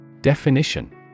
Definition